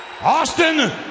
Austin